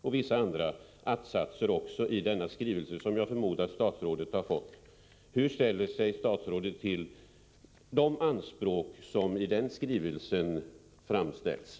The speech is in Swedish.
Ytterligare ett antal krav har formulerats i att-satser i skrivelsen, som jag förmodar att statsrådet har fått. Hur ställer sig statsrådet till de anspråk som framställs i den skrivelsen?